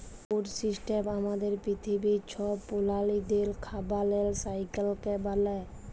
food system আমাদের পিথিবীর ছব প্রালিদের খাবারের সাইকেলকে ব্যলে